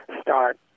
start